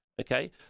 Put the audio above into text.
okay